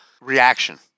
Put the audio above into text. reaction